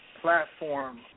platform